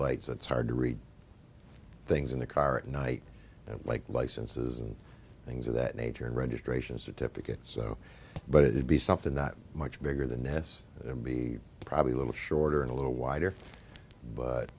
lights that's hard to read things in the car at night and like licenses and things of that nature and registration certificate so but it would be something not much bigger than this and be probably a little shorter and a little wider but